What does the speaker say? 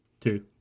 Two